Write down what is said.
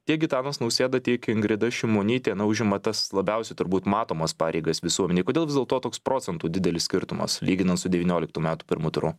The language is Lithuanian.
tiek gitanas nausėda tiek ingrida šimonytė užima tas labiausiai turbūt matomas pareigas visuomenei kodėl vis dėlto toks procentų didelis skirtumas lyginant su devynioliktų metų pirmu turu